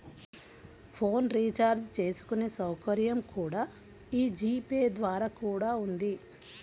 phone recharge చేసుకునే సౌకర్యం కూడా యీ జీ పే ద్వారా కూడా ఉంది